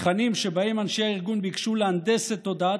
התכנים שבהם אנשי הארגון ביקשו להנדס את תודעת